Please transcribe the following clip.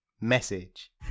message